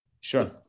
Sure